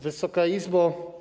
Wysoka Izbo!